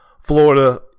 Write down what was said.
Florida